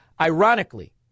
ironically